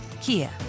Kia